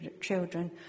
children